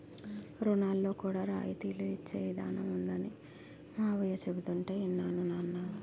రుణాల్లో కూడా రాయితీలు ఇచ్చే ఇదానం ఉందనీ మావయ్య చెబుతుంటే యిన్నాను నాన్నా